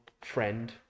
friend